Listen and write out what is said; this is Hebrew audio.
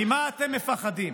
ממה אתם מפחדים,